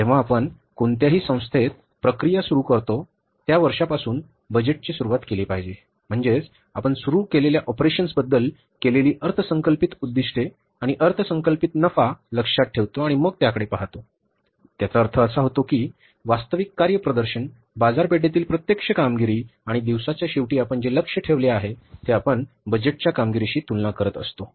जेव्हा आपण कोणत्याही संस्थेत प्रक्रिया सुरू करतो त्या वर्षापासून बजेटची सुरुवात केली पाहिजे म्हणजेच आपण सुरू केलेल्या ऑपरेशन्सबदल केलेली अर्थसंकल्पित उद्दीष्टे आणि अर्थसंकल्पित नफा लक्षात ठेवतो आणि मग त्याकडे पहातो आणि त्याचा अर्थ असा होतो की वास्तविक कार्यप्रदर्शन बाजारपेठेतील प्रत्यक्ष कामगिरी आणि दिवसाच्या शेवटी आपण जे लक्ष्य ठेवले आहे ते आपण बजेटच्या कामगिरीशी तुलना करत आहोत